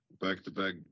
back-to-back